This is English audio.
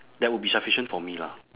that would be sufficient for me lah